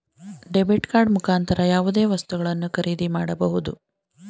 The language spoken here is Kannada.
ಡೆಬಿಟ್ ಕಾರ್ಡ್ ಮುಖಾಂತರ ಯಾವುದೇ ವಸ್ತುಗಳನ್ನು ಖರೀದಿ ಮಾಡಬಹುದು